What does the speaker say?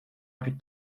plus